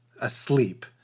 asleep